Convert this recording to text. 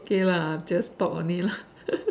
okay lah I am just talk only lah